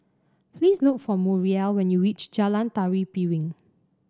please look for Muriel when you reach Jalan Tari Piring